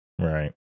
Right